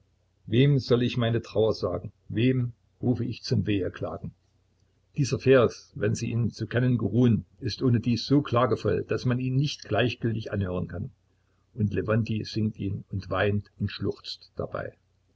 wem soll ich meine trauer sagen wen rufe ich zum weheklagen dieser vers wenn sie ihn zu kennen geruhen ist ohnedies so klagevoll daß man ihn nicht gleichgültig anhören kann und lewontij singt ihn und weint und schluchzt dabei